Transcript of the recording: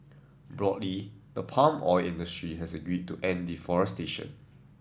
broadly the palm oil industry has agreed to end deforestation